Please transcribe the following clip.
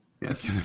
Yes